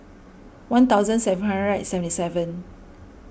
one thousand seven hundred and seventy seven